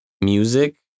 music